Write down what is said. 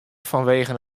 fanwegen